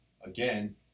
again